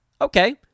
Okay